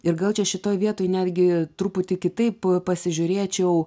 ir gal čia šitoj vietoj netgi truputį kitaip pasižiūrėčiau